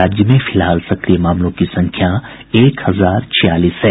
राज्य में फिलहाल सक्रिय मामलों की संख्या एक हजार छियालीस है